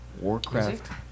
Warcraft